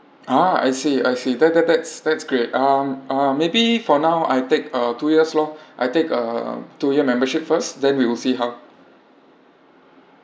ah I see I see that that that's that's great um uh maybe for now I take a two years loh I take a two year membership first then we will see how